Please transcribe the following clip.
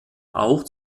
auch